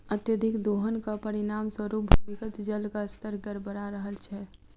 अत्यधिक दोहनक परिणाम स्वरूप भूमिगत जलक स्तर गड़बड़ा रहल छै